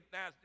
Now